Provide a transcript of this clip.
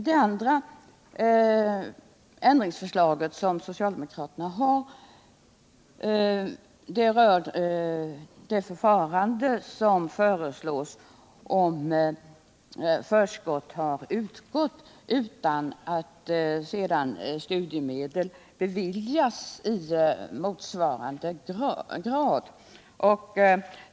Det andra ändringsförslag som socialdemokraterna lagt fram rör det förfarande som föreslås om förskott har utgått men studiemedel sedan inte beviljas i motsvarande grad.